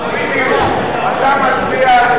אתה מצביע,